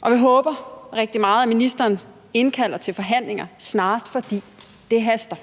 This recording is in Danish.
Og vi håber rigtig meget, at ministeren indkalder til forhandlinger snarest, fordi det haster.